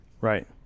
Right